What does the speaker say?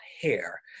hair